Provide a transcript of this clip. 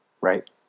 Right